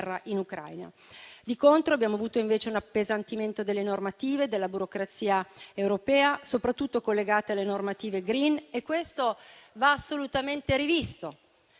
Di contro abbiamo avuto un appesantimento delle normative della burocrazia europea, soprattutto collegate alle normative *green* e tutto ciò va assolutamente rivisto.